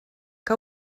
que